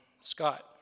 Scott